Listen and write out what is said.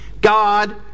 God